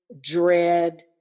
dread